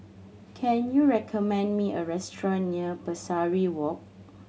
can you recommend me a restaurant near Pesari Walk